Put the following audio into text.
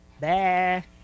Bye